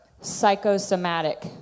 psychosomatic